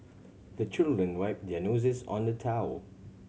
the children wipe their noses on the towel